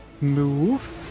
move